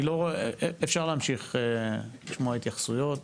אפשר להמשיך לשמוע התייחסויות,